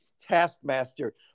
taskmaster